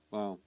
Wow